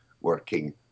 working